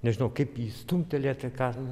nežinau kaip jį stumtelėti ką